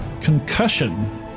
concussion